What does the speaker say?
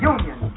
Union